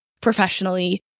professionally